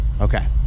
Okay